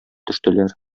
төштеләр